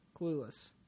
clueless